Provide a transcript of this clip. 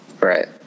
Right